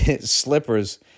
slippers